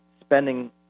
spending